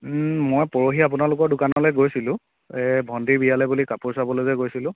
মই পৰহি আপোনালোকৰ দোকানলৈ গৈছিলোঁ ভণ্টিৰ বিয়া বুলি কাপোৰ চাবলৈ যে গৈছিলোঁ